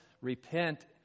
Repent